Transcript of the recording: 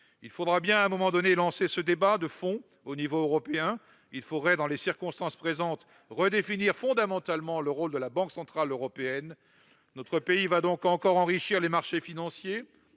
Il faudra bien à un moment donné lancer ce débat de fond au niveau européen. Il faudrait, dans les circonstances présentes, redéfinir fondamentalement le rôle de la Banque centrale européenne. Notre pays va donc encore enrichir les marchés financiers